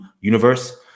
universe